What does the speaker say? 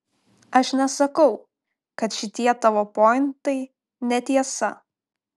aš nesakau kad šitie tavo pointai netiesa